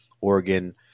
Oregon